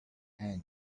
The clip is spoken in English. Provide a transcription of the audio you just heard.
and